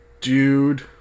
dude